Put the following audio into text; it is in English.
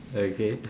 okay